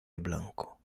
blanco